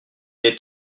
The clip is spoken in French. est